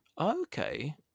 okay